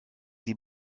sie